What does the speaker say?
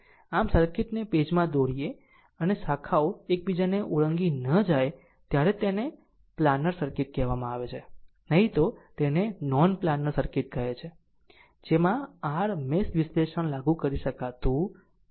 આમ સર્કિટને પેજમાં દોરીએ અને શાખાઓ એક બીજાને ઓળંગી ન જાય ત્યારે તેને પ્લાનર સર્કિટ કહેવામાં આવે છે નહીં તો તે નોન પ્લાનર સર્કિટ કહે છે જેમાં r મેશ વિશ્લેષણ લાગુ કરી શકતું નથી